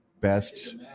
best